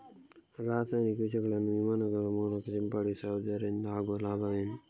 ರಾಸಾಯನಿಕ ವಿಷಗಳನ್ನು ವಿಮಾನಗಳ ಮೂಲಕ ಸಿಂಪಡಿಸುವುದರಿಂದ ಆಗುವ ಲಾಭವೇನು?